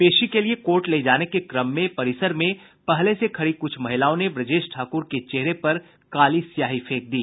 पेशी के लिये कोर्ट ले जाने के क्रम में परिसर में पहले से खड़ी कुछ महिलाओं ने ब्रजेश ठाकुर के चेहरे पर काली स्याही फेंक दी